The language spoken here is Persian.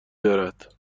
دارد